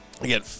Again